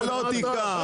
לא אתה לא תיקח.